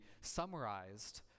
summarized